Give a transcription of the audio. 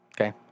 Okay